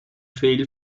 fail